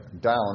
down